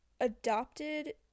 adopted